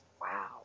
Wow